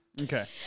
Okay